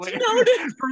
Snowden